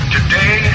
Today